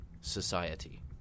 society